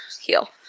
heal